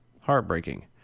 Heartbreaking